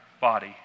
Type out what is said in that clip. body